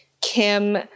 Kim